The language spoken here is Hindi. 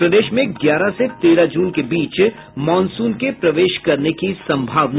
और प्रदेश में ग्यारह से तेरह जून के बीच मॉनसून के प्रवेश करने की संभावना